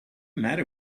matter